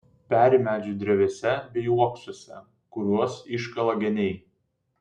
peri medžių drevėse bei uoksuose kuriuos iškala geniai